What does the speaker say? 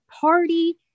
party